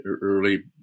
early